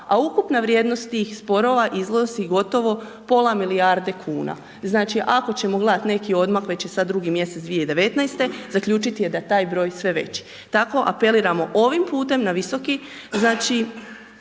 a ukupna vrijednost tih sporova iznosi gotovo pola milijarde kuna. Znači, ako ćemo gledati neki odmak koji će sad 2. mjesec 2019., zaključiti je da taj broj sve veći. Tako apeliramo ovim putem na Visoki